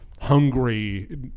hungry